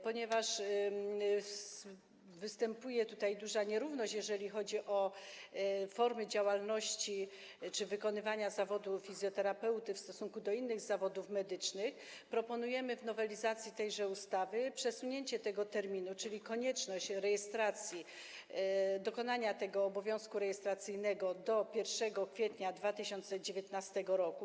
Ponieważ występuje tutaj duża nierówność, jeżeli chodzi o formę działalności czy wykonywania zawodu fizjoterapeuty w stosunku do innych zawodów medycznych, proponujemy w nowelizacji tejże ustawy przesunięcie tego terminu, czyli będzie konieczność wykonania tego obowiązku rejestracyjnego w terminie 1 kwietnia 2019 r.